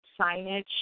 signage